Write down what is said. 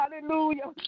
hallelujah